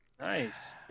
Nice